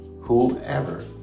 whoever